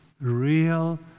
real